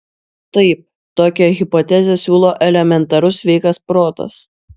taip tokią hipotezę siūlo elementarus sveikas protas